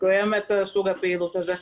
סוג הפעילות הזה.